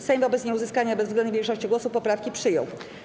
Sejm wobec nieuzyskania bezwzględnej większości głosów poprawki przyjął.